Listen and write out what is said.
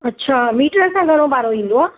अच्छा मीटर सां घणो भाड़ो ईंदो आहे